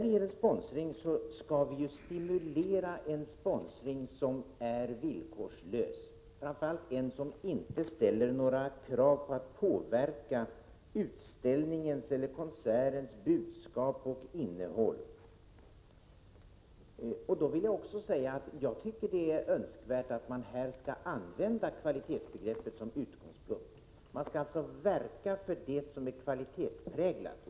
Det vore en dröm! Vi skall stimulera en sponsring som är villkorslös, framför allt en som inte ställer krav när det gäller att få påverka utställningars eller konserters budskap och innehåll. Jag vill också säga: Jag tycker att det är önskvärt att — Prot. 1986/87:100 använda kvalitetsbegreppet som utgångspunkt. Man skall verka för det som = 2 april 1987 är kvalitetspräglat.